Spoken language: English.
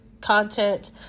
content